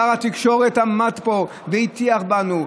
שר התקשורת עמד פה והטיח בנו,